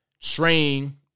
Train